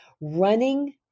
Running